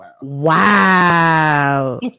Wow